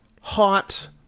hot